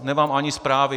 Nemám ani zprávy.